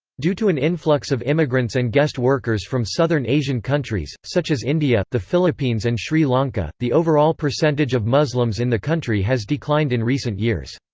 due to an influx of immigrants and guest workers from southern asian countries, such as india, the philippines and sri lanka, the overall percentage of muslims in the country has declined in recent years.